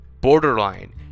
borderline